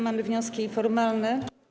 Mamy wnioski formalne.